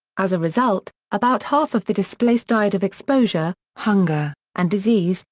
as a result, about half of the displaced died of exposure, hunger, and disease,